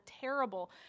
terrible